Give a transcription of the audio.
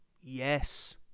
Yes